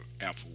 Apple